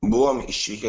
buvom išvykę